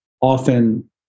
often